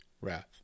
wrath